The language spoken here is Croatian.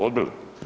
Odbili?